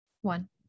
one